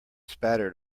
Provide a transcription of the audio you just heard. spattered